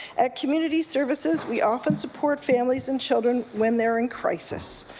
at community services, we often support families and children when they're in crisis.